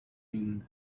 wind